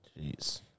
Jeez